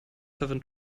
seven